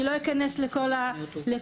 לא אכנס לכל